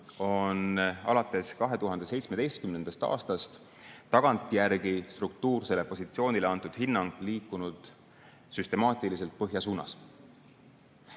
on alates 2017. aastast tagantjärgi struktuursele positsioonile antud hinnang liikunud süstemaatiliselt põhja